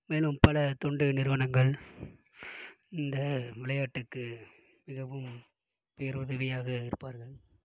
மேலும் பல தொண்டு நிறுவனங்கள் இந்த விளையாட்டுக்கு மிகவும் பேருதவியாக இருப்பார்கள்